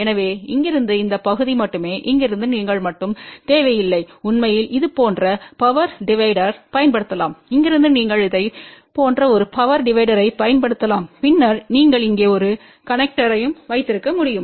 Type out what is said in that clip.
எனவே இங்கிருந்து இந்த பகுதி மட்டுமே இங்கிருந்து நீங்கள் மட்டும் தேவையில்லை உண்மையில் இது போன்ற பவர் டிவைடரைப் பயன்படுத்தலாம் இங்கிருந்து நீங்கள் இதைப் போன்ற ஒரு பவர் டிவைடரைப் பயன்படுத்தலாம் பின்னர் நீங்கள் இங்கே ஒரு கனெக்டர்பியை வைத்திருக்க முடியும்